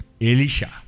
Elisha